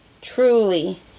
truly